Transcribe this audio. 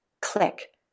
click